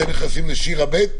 אתם נכנסים לשיר"ה ב'?